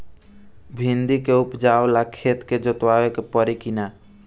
भिंदी के उपजाव ला खेत के जोतावे के परी कि ना?